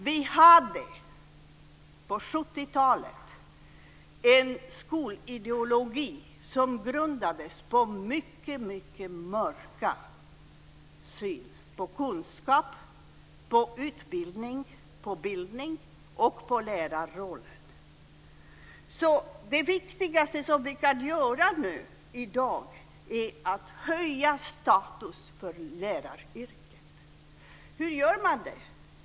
Vi hade på 70-talet en skolideologi som grundades på en mycket mörk syn på kunskap, på utbildning, på bildning och på lärarrollen. Det viktigaste som vi kan göra i dag är att höja statusen för läraryrket. Hur gör man det?